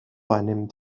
einem